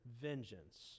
vengeance